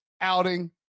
outing